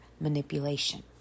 Manipulation